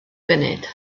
funud